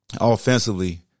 offensively